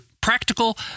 practical